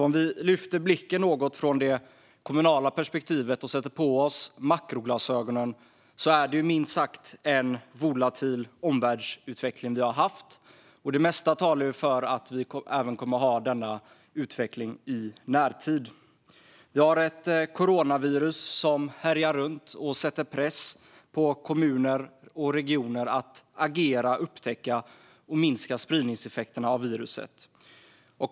Om vi lyfter blicken något från det kommunala perspektivet och sätter på oss makroglasögonen kan vi se att vi har haft en minst sagt volatil omvärldsutveckling, och det mesta talar för att vi kommer att fortsätta ha det i närtid. Vi har ett coronavirus som härjar runt och sätter press på kommuner och regioner att agera, upptäcka viruset och minska spridningseffekterna.